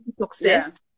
success